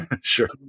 Sure